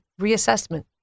reassessment